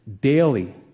daily